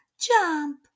Jump